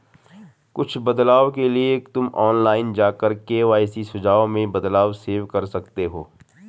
कुछ बदलाव के लिए तुम ऑनलाइन जाकर के.वाई.सी सुझाव में बदलाव सेव कर सकते हो